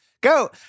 Go